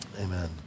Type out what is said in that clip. amen